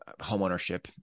homeownership